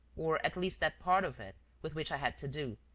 or, at least that part of it with which i had to do.